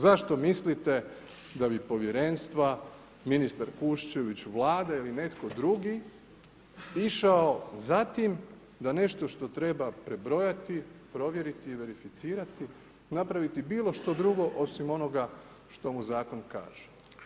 Zašto mislite da bi povjerenstva, ministar Kuščević Vlade ili netko drugi, išao za tim, da nešto što treba prebrojati, provjeriti i verificirati, napraviti bilo što drugo osim onoga što mu zakon kaže.